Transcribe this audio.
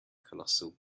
colossal